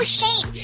shame